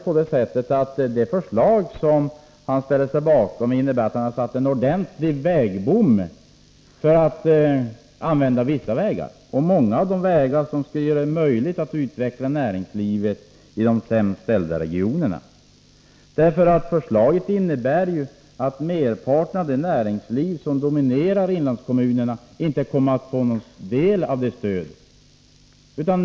Men det förslag han själv ställer sig bakom innebär att man satt en ordentlig vägbom för vissa vägar, däribland många av de vägar som skulle göra det möjligt att utveckla näringsliv i de sämst ställda regionerna. Förslaget innebär att merparten av det näringsliv som dominerar inlandskommunerna inte kommer att få någon del av stödet.